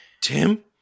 Tim